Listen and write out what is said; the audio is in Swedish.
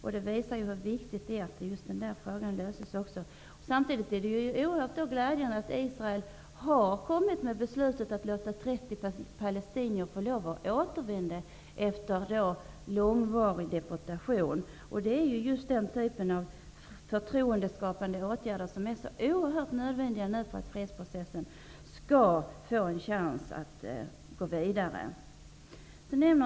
Detta visar hur viktigt det är att denna fråga löses. Samtidigt är det oerhört glädjande att Israel har fattat beslut om att låta 30 palestinier få återvända efter långvarig deportation. Just denna typ av förtroendeskapande åtgärder är nu oerhört nödvändig för att fredsprocessen skall få en chans att gå vidare.